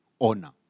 honor